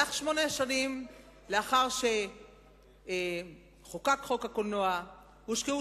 במהלך שמונה השנים לאחר חקיקת חוק הקולנוע הושקעו